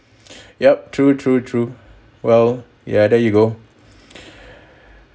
yup true true true well yeah there you go